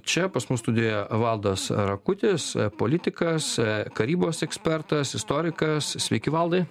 čia pas mus studijoje valdas rakutis politikas karybos ekspertas istorikas sveiki valdai